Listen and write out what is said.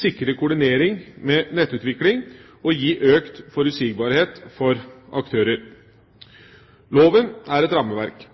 sikre koordinering med nettutvikling og gi økt forutsigbarhet for aktører. Loven er et rammeverk,